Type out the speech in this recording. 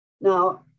Now